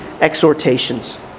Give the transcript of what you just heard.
exhortations